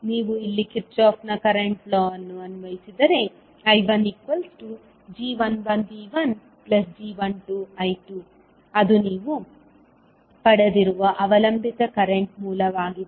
ನೀವು ಇಲ್ಲಿ ಕಿರ್ಚಾಫ್ ನ ಕರೆಂಟ್ ಲಾ ಅನ್ನು ಅನ್ವಯಿಸಿದರೆ I1g11V1g12I2 ಅದು ನೀವು ಪಡೆದಿರುವ ಅವಲಂಬಿತ ಕರೆಂಟ್ ಮೂಲವಾಗಿದೆ